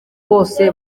bose